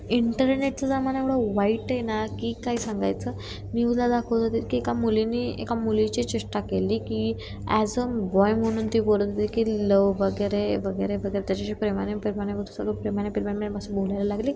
इंटरनेटचं जमाना एवढा वाईट आहे ना की काय सांगायचं न्यूजला दाखवत होते की एका मुलीनी एका मुलीची चेष्टा केली की ॲज अ बॉय म्हणून ती बोलत होती की लव वगैरे वगैरे वगैरे त्याच्याशी प्रेमाने प्रेमाने बघतो सगळं प्रेमाने प्रेमाने बोलायला लागली